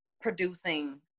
producing